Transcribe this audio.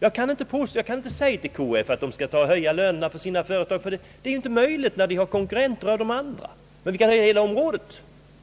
Jag kan inte säga till KF att det skall höja lönerna vid sina företag, ty det är inte möjligt på grund av konkurrensen med andra företag. Men man kan höja på hela området.